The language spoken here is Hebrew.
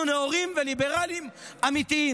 אנחנו נאורים וליברליים אמיתיים.